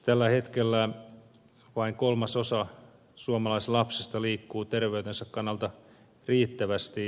tällä hetkellä vain kolmasosa suomalaislapsista liikkuu terveytensä kannalta riittävästi